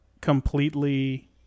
completely